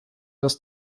das